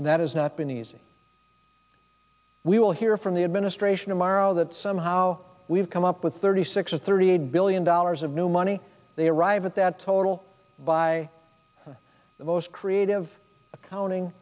and that has not been easy we will hear from the administration tomorrow that somehow we've come up with thirty six or thirty eight billion dollars of new money they arrive at that total by the most creative accounting